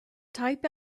type